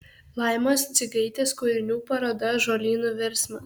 laimos dzigaitės kūrinių paroda žolynų virsmas